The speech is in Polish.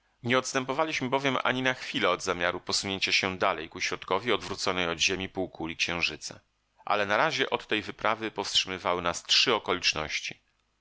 nie odstępowaliśmy bowiem ani na chwilę od zamiaru posunięcia się dalej ku środkowi odwróconej od ziemi półkuli księżyca ale na razie od tej wyprawy powstrzymywały nas trzy okoliczności